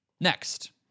next